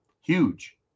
Huge